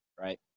right